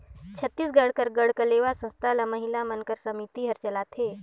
छत्तीसगढ़ कर गढ़कलेवा संस्था ल महिला मन कर समिति हर चलाथे